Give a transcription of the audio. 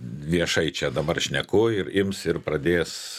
viešai čia dabar šneku ir ims ir pradės